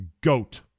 goat